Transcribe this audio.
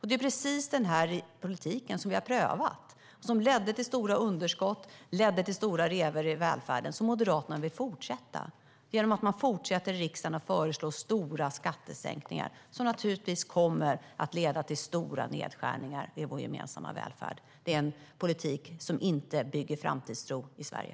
Det är precis den här politiken, som vi har prövat och som ledde till stora underskott och till stora revor i välfärden, som Moderaterna vill fortsätta med genom att de i riksdagen fortsätter föreslå stora skattesänkningar som kommer att leda till stora nedskärningar i vår gemensamma välfärd. Det är en politik som inte bygger framtidstro i Sverige.